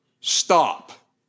stop